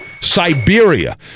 Siberia